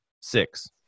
Six